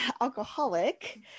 alcoholic